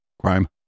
Crime